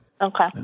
Okay